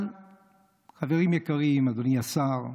אבל חברים יקרים, אדוני השר,